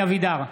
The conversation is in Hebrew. אלי אבידר,